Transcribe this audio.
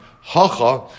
Hacha